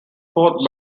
fourth